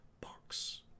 box